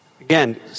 again